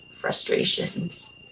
frustrations